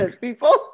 people